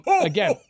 Again